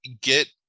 get